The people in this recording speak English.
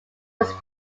was